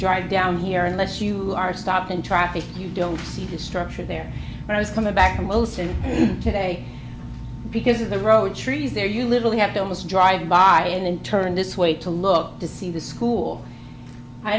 drive down here unless you are stopped in traffic you don't see the structure there and i was coming back in motion today because of the road trees there you literally have to almost drive by and in turn this way to look to see the